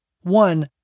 One